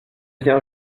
vient